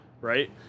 right